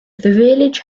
village